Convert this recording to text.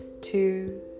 two